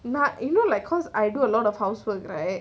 but you know like cause I do a lot of housework right